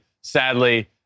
sadly